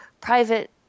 private